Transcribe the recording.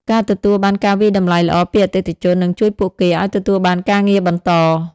ការទទួលបានការវាយតម្លៃល្អពីអតិថិជន នឹងជួយពួកគេឱ្យទទួលបានការងារបន្ត។